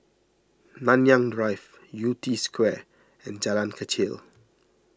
Nanyang Drive Yew Tee Square and Jalan Kechil